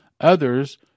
others